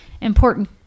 important